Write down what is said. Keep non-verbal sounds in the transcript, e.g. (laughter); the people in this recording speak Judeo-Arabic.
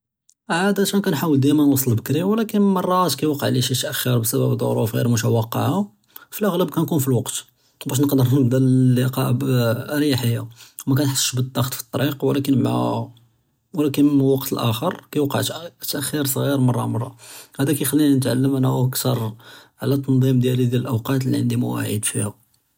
עדתאן כּנחאוול דימא נווצ׳ל בכּרי ולכּן מראת כּיוקע שי תאַח׳׳יר בסבב אלד׳רוף ע׳יר מתוקּע׳ה, פלאע׳לב כּא נכון פלאלוקת באש נּקדּר נבּדא (hesitation) אללקּא באה אְרִיחְיַה מכּנחסשׁ בּאלדּע׳ט פלאלטרִיק ולכּן מעא ולכּן מאלוקת אלאכּ׳ר כּיוקּע תאַח׳׳יר צְע׳יר מרא מרא, האדא כּיְחְלִינא נתעלם אנא וכּתר עלא תנְד׳ים דִיַאלי דִיַאל אלאוקּאת לי ענדִי מואעיד פיהום.